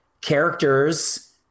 characters